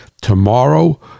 Tomorrow